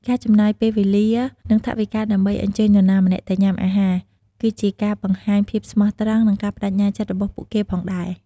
ការចំណាយពេលវេលា និងថវិកាដើម្បីអញ្ជើញនរណាម្នាក់ទៅញ៉ាំអាហារ គឺជាការបង្ហាញភាពស្មោះត្រង់ និងការប្តេជ្ញាចិត្តរបស់ពួកគេផងដែរ។